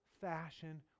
fashion